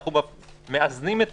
אנו מאזנים את